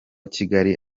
kigali